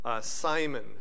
Simon